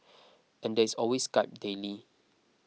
and there is always Skype daily